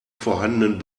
vorhandenen